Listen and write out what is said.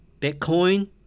Bitcoin